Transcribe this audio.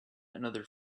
another